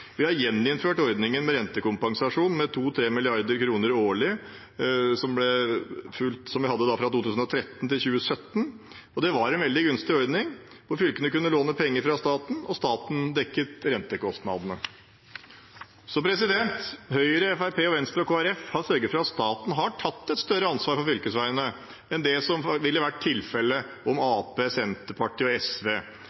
vi har gjeninnført ordningen med rentekompensasjon med 2–3 mrd. kr årlig fra 2013 til 2017. Det var en veldig gunstig ordning hvor fylkene kunne låne penger fra staten, og staten dekket rentekostnadene. Høyre, Fremskrittspartiet, Venstre og Kristelig Folkeparti har sørget for at staten har tatt et større ansvar for fylkesveiene enn det som ville vært tilfellet om